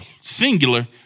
singular